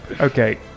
Okay